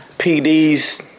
PD's